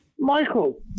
Michael